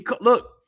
Look